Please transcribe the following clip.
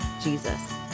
Jesus